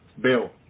bill